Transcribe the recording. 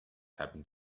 happened